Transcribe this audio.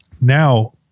now